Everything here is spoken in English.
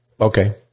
okay